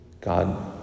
God